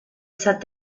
sat